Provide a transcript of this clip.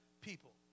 people